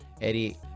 Eddie